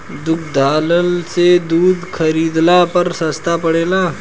दुग्धालय से दूध खरीदला पर सस्ता पड़ेला?